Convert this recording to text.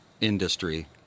industry